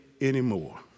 anymore